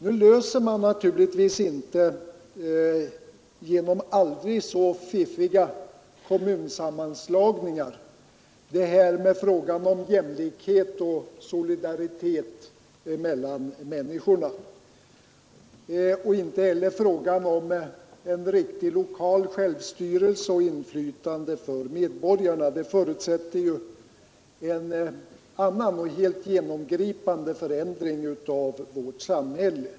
Nu löser man naturligtvis inte genom aldrig så fiffiga kommunsammanslagningar frågan om jämlikhet och solidaritet mellan människorna, kanske inte heller frågan om en riktig lokal självstyrelse och inflytande för medborgarna. Det förutsätter en helt genomgripande förändring av vårt samhälle.